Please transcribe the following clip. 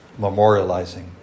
Memorializing